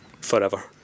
forever